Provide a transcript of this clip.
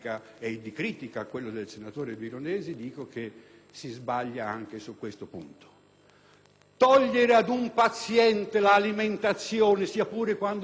Togliere l'alimentazione ad un paziente, sia pure quando quel paziente non ha più ragionevoli speranze di vita, significa togliere la vita